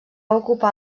ocupar